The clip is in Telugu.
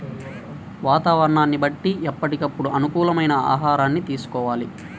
వాతావరణాన్ని బట్టి ఎప్పటికప్పుడు అనుకూలమైన ఆహారాన్ని తీసుకోవాలి